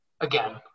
Again